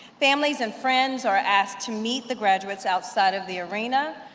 families and friends are asked to meet the graduates outside of the arena.